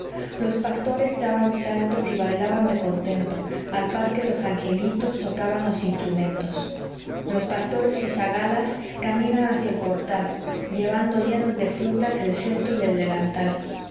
los pastores daban saltos y bailaban de contento al par que los angelitos tocaban los instrumentos los pastores y zagalas caminan hacia el portal llevando llenos de frutas el cesto y el delantal